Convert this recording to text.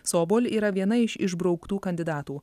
sobol yra viena iš išbrauktų kandidatų